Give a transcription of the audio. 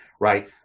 Right